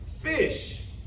fish